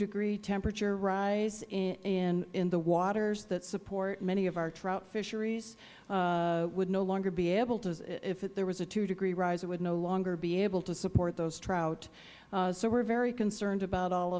degree temperature rise in the waters that support many of our trout fisheries would no longer be able to if there were a two degree rise would no longer be able to support those trout so we are very concerned about all